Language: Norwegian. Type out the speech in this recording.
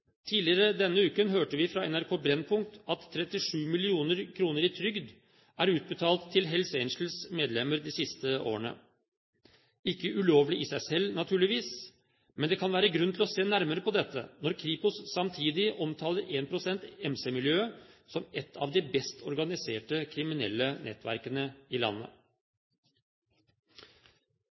Tidligere denne uken hørte vi på NRK Brennpunkt at 37 mill. kr i trygd er utbetalt til Hells Angels-medlemmer de siste årene. Ikke ulovlig i seg selv naturligvis, men det kan være grunn til å se nærmere på dette når Kripos samtidig omtaler énprosent-MC-miljøet som et av de best organisert kriminelle nettverkene i landet.